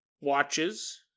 watches